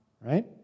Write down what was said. right